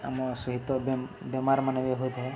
ଆମ ସହିତ ବେମାରମାନୋନ ବି ହୋଇଥାଏ